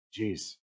Jeez